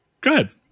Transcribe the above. Good